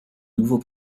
nouveau